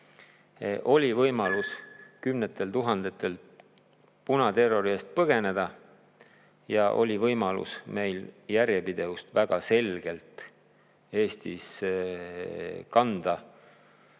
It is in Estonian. oli kümnetel tuhandetel võimalus punaterrori eest põgeneda ja oli võimalus meil järjepidevust väga selgelt Eestis kanda